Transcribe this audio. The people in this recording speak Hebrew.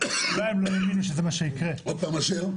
גם אם הם לא האמינו שזה מה שיקרה -- עוד פעם אשר?